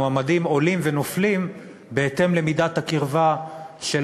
מועמדים עולים ונופלים בהתאם למידת הקרבה של